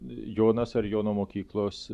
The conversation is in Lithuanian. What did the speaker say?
jonas ar jono mokyklos